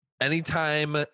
anytime